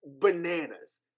bananas